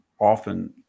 often